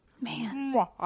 Man